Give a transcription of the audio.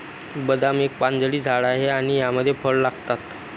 बदाम एक पानझडी झाड आहे आणि यामध्ये फळ लागतात